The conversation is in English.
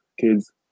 kids